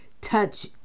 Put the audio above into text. touch